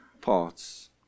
parts